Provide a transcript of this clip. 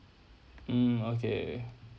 mm okay